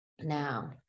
now